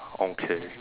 okay